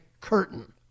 curtain